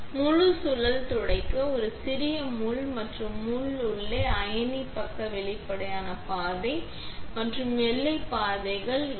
இங்கே முழு சுழல் துடைக்க கூட சிறிய முள் மற்றும் மூடி உள்ளே அயனி பக்க வெளிப்படையான பாதை மற்றும் வெள்ளை பாதைகள் இரு